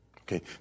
Okay